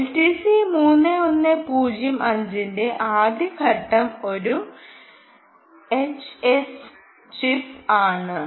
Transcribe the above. LTC 3105 ന്റെ ആദ്യ ഘട്ടം ഒരു എച്ച്എസ് ചിപ്പ് ആണ്